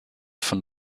von